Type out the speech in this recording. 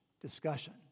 discussion